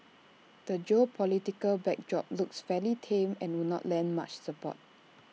the geopolitical backdrop looks fairly tame and would not lend much support